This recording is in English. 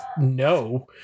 no